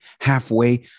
halfway